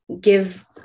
give